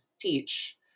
teach